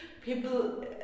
people